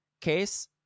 case